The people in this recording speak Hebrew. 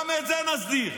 גם את זה נסדיר.